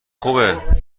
خوبه